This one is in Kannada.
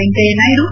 ವೆಂಕಯ್ಯನಾಯ್ದು